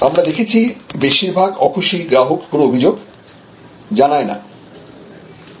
আমরা দেখেছি বেশিরভাগ অখুশি গ্রাহক কোন অভিযোগ জানায় না